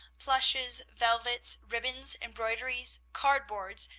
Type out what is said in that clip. plushes, velvets, ribbons, embroideries, card-boards,